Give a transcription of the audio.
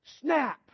snap